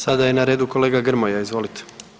Sada je na redu kolega Grmoja, izvolite.